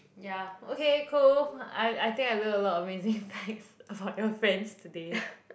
yeah okay cool I I think I learn a lot of amazing things from your friends today